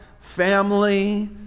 family